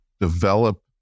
develop